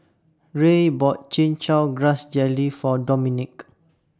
Rey bought Chin Chow Grass Jelly For Dominick